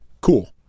cool